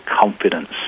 confidence